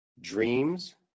dreams